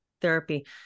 therapy